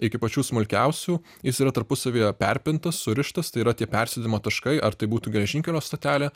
iki pačių smulkiausių jis yra tarpusavyje perpintas surištas tai yra tie persėdimo taškai ar tai būtų geležinkelio stotelė